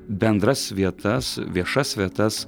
bendras vietas viešas vietas